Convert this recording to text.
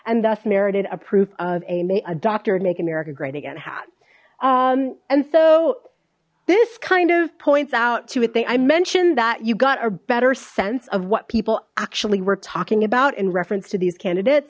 and thus merited a proof of a may a doctor and make america great again hat and so this kind of points out to it they i mentioned that you got a better sense of what people actually were talking about in reference to these candidates